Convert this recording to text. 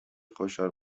خشحال